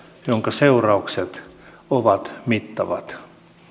jonka seuraukset ovat mittavat